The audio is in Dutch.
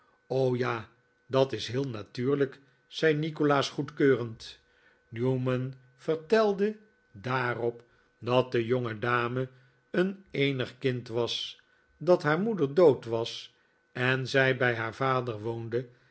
ja dat is heel natuurlijk zei nikolaas goedkeurend newman vertelde daarop dat de jongedame een eenig kind was dat haar moeder dood was en zij bij haar vader woonde